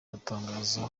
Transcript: atangaza